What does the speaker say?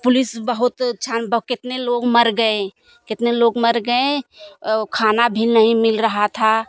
police बहुत छान कितने लोग मर गए कितने लोग मर गए और खाना भी नहीं मिल रहा था